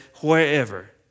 wherever